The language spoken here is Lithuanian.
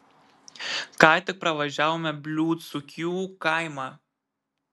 ką tik pravažiavome bliūdsukių kaimą